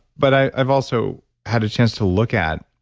but i've also had a chance to look at